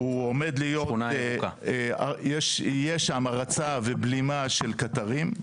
הוא עומד להיות יהיה שם הרצה ובלימה של קטרים,